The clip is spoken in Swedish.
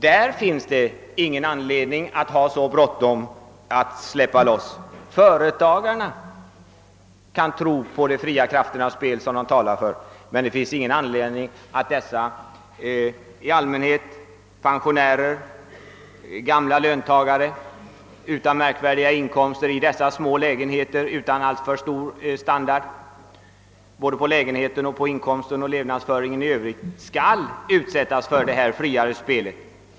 Här finns det ingen anledning att ha så bråttom att släppa loss marknaden. Företagarna kan tro på de fria krafternas spel, som de talar för. Däremot finns det inte något skäl att utsätta pensionärer och gamla löntagare i små lägenheter utan alltför hög standard på vare sig bostaden, inkomsten eller livsföringen i övrigt för detta fria spel.